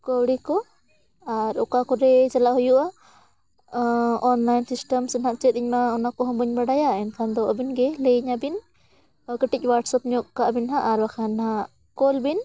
ᱠᱟᱹᱣᱰᱤ ᱠᱚ ᱟᱨ ᱚᱠᱟ ᱠᱚᱨᱮ ᱪᱟᱞᱟᱜ ᱦᱩᱭᱩᱜᱼᱟ ᱚᱱᱞᱟᱭᱤᱱ ᱥᱤᱥᱴᱮᱢ ᱥᱮ ᱱᱟᱦᱟᱜ ᱪᱮᱫ ᱤᱧ ᱢᱟ ᱚᱱᱟ ᱠᱚᱦᱚᱸ ᱵᱟᱹᱧ ᱵᱟᱰᱟᱭᱟ ᱮᱱᱠᱷᱟᱱ ᱫᱚ ᱟᱵᱤᱱ ᱜᱮ ᱞᱟᱹᱭᱟᱹᱧᱟᱹ ᱵᱤᱱ ᱠᱟᱹᱴᱤᱡ ᱦᱳᱴᱟᱥᱮᱯ ᱧᱚᱜ ᱠᱟᱜ ᱟᱵᱤᱱ ᱦᱟᱜ ᱟᱨ ᱵᱟᱠᱷᱟᱱ ᱱᱟᱦᱟᱜ ᱠᱚᱞ ᱵᱤᱱ